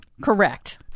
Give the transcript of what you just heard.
Correct